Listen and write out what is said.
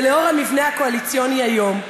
ולאור המבנה הקואליציוני היום,